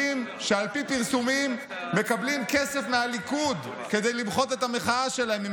שעל פי פרסומים מקבלים כסף מהליכוד כדי למחות את המחאה שלהם,